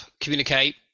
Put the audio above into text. communicate